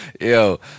Yo